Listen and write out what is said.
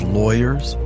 lawyers